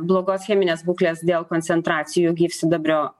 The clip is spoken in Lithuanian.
blogos cheminės būklės dėl koncentracijų gyvsidabrio